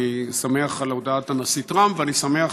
אני שמח על הודעת הנשיא טראמפ ואני שמח